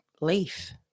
leaf